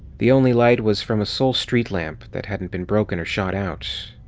the only light was from a sole street lamp that hadn't been broken or shot out.